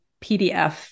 PDF